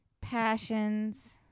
passions